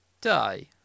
Die